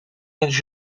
eens